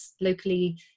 locally